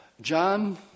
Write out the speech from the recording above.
John